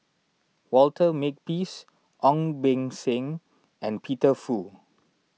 Walter Makepeace Ong Beng Seng and Peter Fu